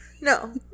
no